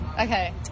okay